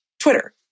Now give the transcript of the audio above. Twitter